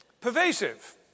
pervasive